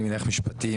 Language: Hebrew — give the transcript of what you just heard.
אני מניח משפטיים,